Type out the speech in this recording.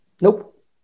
Nope